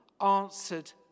answered